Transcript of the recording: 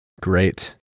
Great